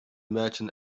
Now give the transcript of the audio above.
merchant